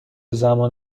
زمان